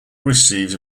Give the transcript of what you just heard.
receives